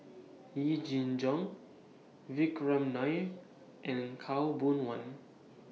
Yee Jenn Jong Vikram Nair and Khaw Boon Wan